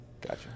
gotcha